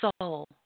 soul